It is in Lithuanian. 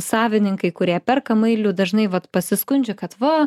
savininkai kurie perka mailių dažnai vat pasiskundžia kad va